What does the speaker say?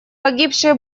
погибшие